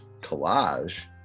collage